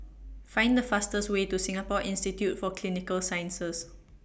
Find The fastest Way to Singapore Institute For Clinical Sciences